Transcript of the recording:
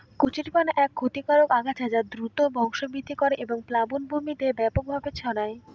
কচুরিপানা একটি ক্ষতিকারক আগাছা যা দ্রুত বংশবৃদ্ধি করে এবং প্লাবনভূমিতে ব্যাপকভাবে ছড়ায়